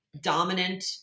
dominant